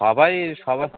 সবাই সবা